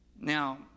Now